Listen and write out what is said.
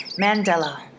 MANDELA